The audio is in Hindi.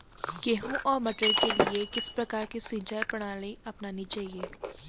गेहूँ और मटर के लिए किस प्रकार की सिंचाई प्रणाली अपनानी चाहिये?